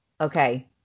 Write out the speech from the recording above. okay